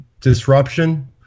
disruption